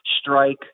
strike